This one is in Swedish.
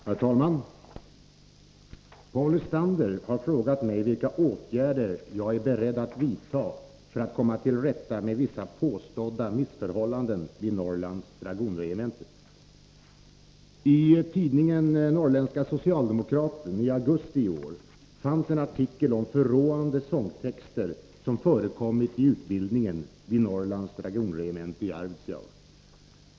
Herr talman! Paul Lestander har frågat mig vilka åtgärder jag är beredd att vidta för att komma till rätta med vissa påstådda missförhållanden vid Norrlands dragonregemente. I tidningen Norrländska Socialdemokraten i augusti i år fanns en artikel om förråande sångtexter som förekommit i utbildningen vid Norrlands dragonregemente i Arvidsjaur.